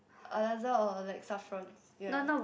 Al-Azhar or like Saffron ya